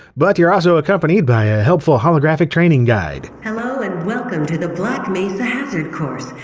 but you're also accompanied by a helpful holographic training guide. hello and welcome to the black mesa hazard course,